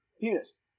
Penis